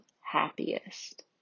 happiest